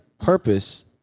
purpose